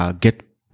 Get